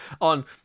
on